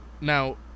Now